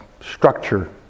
structure